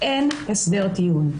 רצינית.